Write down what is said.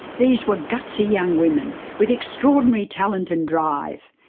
these were gutsy young women, with extraordinary talent and drive.